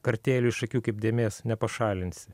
kartėlio iš akių kaip dėmės nepašalinsi